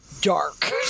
dark